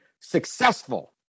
successful